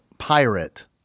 Pirate